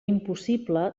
impossible